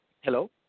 Hello